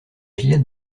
gilet